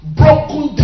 broken